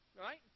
right